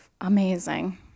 Amazing